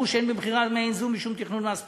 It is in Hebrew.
שאין במכירה מעין זו משום תכנון מס פסול.